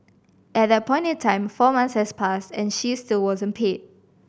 at that point in time four months had passed and she still wasn't paid